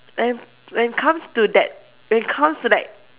and when it comes to that when it comes to like